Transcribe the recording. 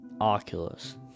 Oculus